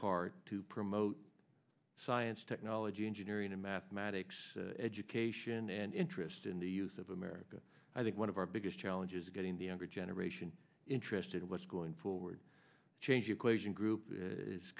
part to promote science technology engineering and mathematics education and interest in the youth of america i think one of our biggest challenges is getting the younger generation interested in what's going forward change equation group is